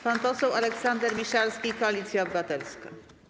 Pan poseł Aleksander Miszalski, Koalicja Obywatelska.